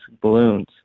Balloons